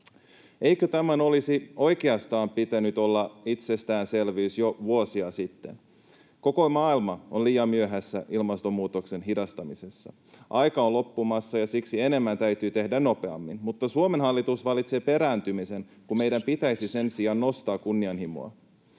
Eikö tämän olisi oikeastaan pitänyt olla itsestäänselvyys jo vuosia sitten? Koko maailma on liian myöhässä ilmastonmuutoksen hidastamisessa. Aika on loppumassa, ja siksi enemmän täytyy tehdä nopeammin. Mutta Suomen hallitus valitsee perääntymisen, kun meidän pitäisi sen sijaan nostaa kunnianhimoa.